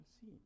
see